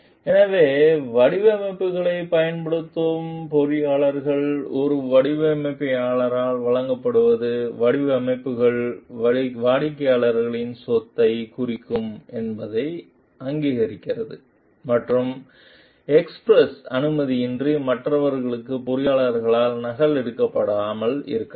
எனவே வடிவமைப்புகளைப் பயன்படுத்தும் பொறியாளர்கள் ஒரு வாடிக்கையாளரால் வழங்கப்படுவது வடிவமைப்புகள் வாடிக்கையாளரின் சொத்தை குறிக்கும் என்பதை அங்கீகரிக்கிறது மற்றும் எக்ஸ்பிரஸ் அனுமதியின்றி மற்றவர்களுக்கு பொறியியலாளரால் நகல் எடுக்கப்படாமல் இருக்கலாம்